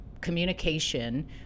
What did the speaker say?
communication